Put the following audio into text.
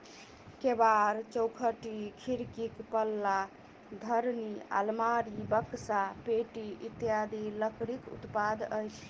केबाड़, चौखटि, खिड़कीक पल्ला, धरनि, आलमारी, बकसा, पेटी इत्यादि लकड़ीक उत्पाद अछि